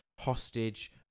hostage